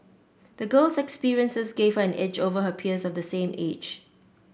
the girl's experiences gave her an edge over her peers of the same age